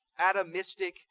atomistic